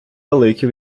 велике